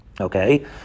Okay